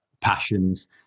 passions